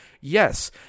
yes